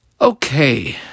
Okay